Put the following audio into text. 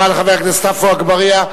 תודה רבה לחבר הכנסת עפו אגבאריה.